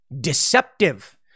deceptive